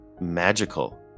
magical